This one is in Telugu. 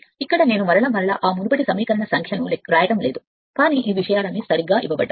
ఇక్కడ నేను మరలా మరలా ఆ మునుపటి సమీకరణ సంఖ్యను వ్రాయడం లేదు కానీ ఈ విషయాలన్నీ సరిగ్గా ఇవ్వబడ్డాయి